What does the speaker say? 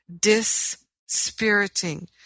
dispiriting